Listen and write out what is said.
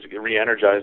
re-energized